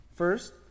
First